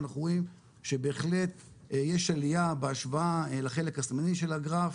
ואנחנו רואים שבהחלט יש עליה בהשוואה לחלק השמאלי של הגרף